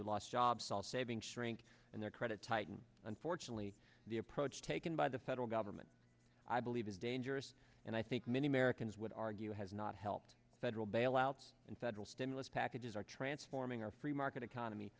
who lost jobs while saving shrink and their credit tighten unfortunately the approach taken by the federal government i believe is dangerous and i think many americans would argue has not helped federal bailouts and federal stimulus packages are transforming our free market economy